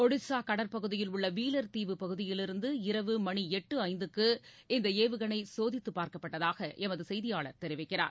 ஒடிசா கடற்பகுதியில் உள்ள வீலர் தீவு பகுதியிருந்து இரவு மணி எட்டு ஐந்துக்கு இந்த ஏவுகணை சோதித்துப் பார்க்கப்பட்டதாக எமது செய்தியாளர் தெரிவிக்கிறார்